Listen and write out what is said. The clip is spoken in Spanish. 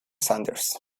sanders